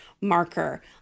marker